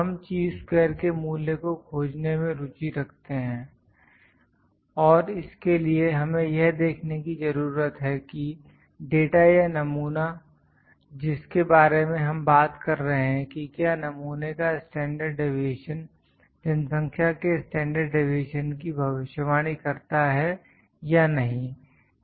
हम chi square के मूल्य को खोजने में रुचि रखते हैं और इसके लिए हमें यह देखने की जरूरत है कि डाटा या नमूना जिसके बारे में हम बात कर रहे हैं कि क्या नमूने का स्टैंडर्ड डिवीएशन जनसंख्या के स्टैंडर्ड डिवीएशन की भविष्यवाणी करता है या नहीं